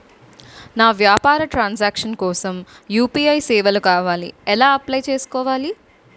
నా వ్యాపార ట్రన్ సాంక్షన్ కోసం యు.పి.ఐ సేవలు కావాలి ఎలా అప్లయ్ చేసుకోవాలి?